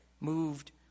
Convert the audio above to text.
moved